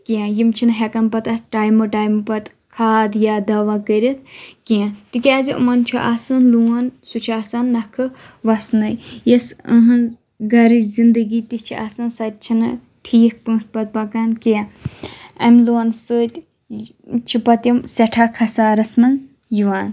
کینٛہہ یِم چھِ نہٕ ہیٚکان پَتہٕ اَتھ ٹایمہٕ ٹایمہٕ پَتہٕ کھاد یا دَوا کٔرِتھ کینٛہہ تِکیٛازِ یِمَن چھُ آسان لون سُہ چھُ آسان نَکھٕ وَسنٕے یۄس أہنٛز گَرٕچ زِندگی تہِ چھِ آسان سۄ تہِ چھِ نہٕ ٹھیٖک پٲنٛٹھۍ پَتہٕ پَکان کینٛہہ اَمہِ لون سۭتۍ چھِ پَتہٕ یِم سیٚٹھاہ خسارَس منٛز یِوان